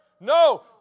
No